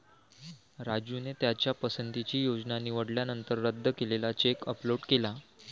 राजूने त्याच्या पसंतीची योजना निवडल्यानंतर रद्द केलेला चेक अपलोड केला